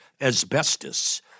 asbestos